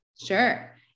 sure